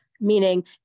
Meaning